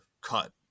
cut